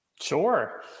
Sure